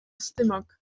stumog